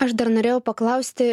aš dar norėjau paklausti